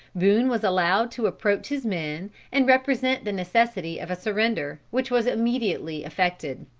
boone was allowed to approach his men, and represent the necessity of a surrender, which was immediately effected.